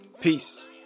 peace